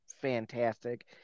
fantastic